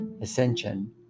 ascension